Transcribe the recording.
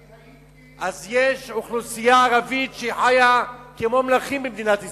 אז יש אוכלוסייה ערבית שחיה כמו מלכים במדינת ישראל,